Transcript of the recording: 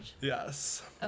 yes